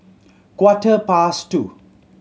quarter past two